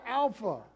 alpha